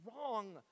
wrong